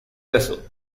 beso